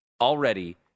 already